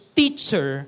teacher